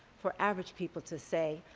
for average people to say,